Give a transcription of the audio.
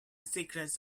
secrets